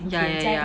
ya ya ya